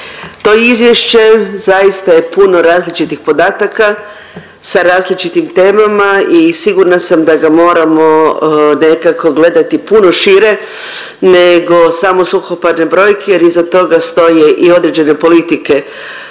To izvješće zaista je puno različitih podataka sa različitim temama i sigurna sam da ga moramo nekako gledati puno šire nego samo suhoparne brojke jer iza toga stoje i određene politike